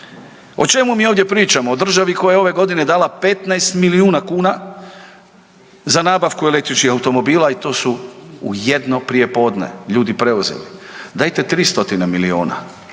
O čemu mi ovdje pričamo? O državi koja je ove godine dala 15 milijuna kuna za nabavku električnih automobila i to su u jedno prijepodne ljudi preuzeli. Dajte 3 stotine milijuna,